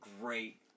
great